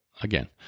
again